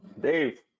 Dave